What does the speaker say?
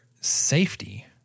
safety